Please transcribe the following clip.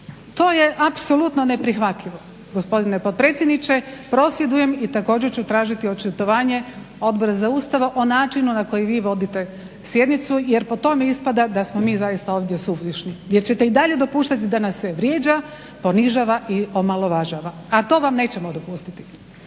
To je apsolutno neprihvatljivo gospodine potpredsjedniče. Prosvjedujem i također ću tražiti očitovanje Odbora za Ustav o načinu na koji vi vodite sjednicu jer po tome ispada da smo mi zaista ovdje suvišni, jer ćete i dalje dopuštati da nas se vrijeđa, ponižava i omalovažava. A to vam nećemo dopustiti.